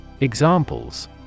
Examples